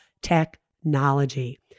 technology